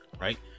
right